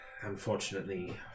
Unfortunately